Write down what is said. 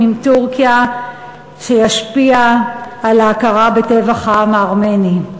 עם טורקיה שישפיע על ההכרה בטבח העם הארמני.